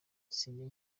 sinjya